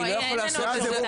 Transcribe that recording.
אני לא יכול לעשות את זה.